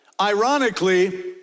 ironically